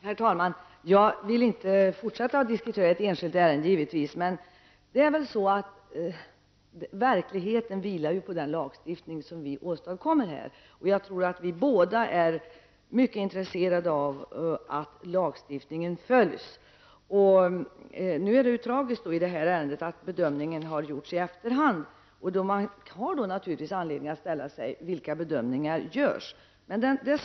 Herr talman! Jag vill givetvis inte fortsätta att diskutera ett enskilt ärende, men verkligheten vilar ju på den lagstiftning som vi åstadkommer. Jag tror att både statsrådet och jag är intresserade av att lagstiftningen följs. Nu är det ju i det här fallet tragiskt att den riktiga bedömningen har gjorts i efterhand. Då kan man ju fråga sig vilka bedömningar som görs.